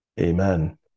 amen